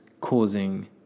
causing